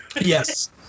Yes